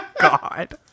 God